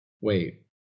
Wait